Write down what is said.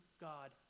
God